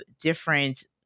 different